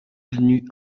avenue